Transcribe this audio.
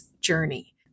Journey